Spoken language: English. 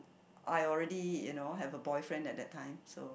I already you know have a boyfriend at that time so